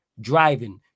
driving